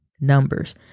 numbers